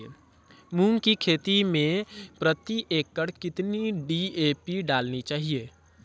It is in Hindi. मूंग की खेती में प्रति एकड़ कितनी डी.ए.पी डालनी चाहिए?